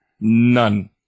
none